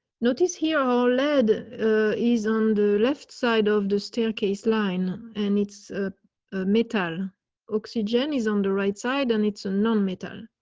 notice here all lead is on the left side of the staircase line and it's a meter oxygen is on the right side. and it's a non matter.